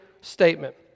statement